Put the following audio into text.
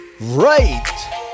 right